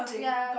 ya